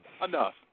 Enough